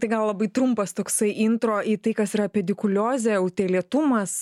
tai gal labai trumpas toksai intro į tai kas yra pedikuliozė utėlėtumas